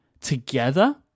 together